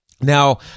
Now